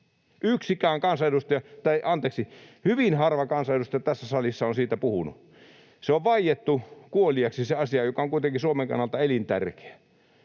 hyvin harva kansanedustaja tässä salissa on siitä puhunut. Se on vaiettu kuoliaaksi, asia, joka on kuitenkin Suomen kannalta elintärkeä.